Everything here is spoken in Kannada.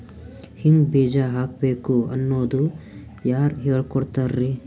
ಹಿಂಗ್ ಬೀಜ ಹಾಕ್ಬೇಕು ಅನ್ನೋದು ಯಾರ್ ಹೇಳ್ಕೊಡ್ತಾರಿ?